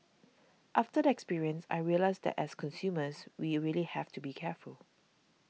after the experience I realised that as consumers we really have to be careful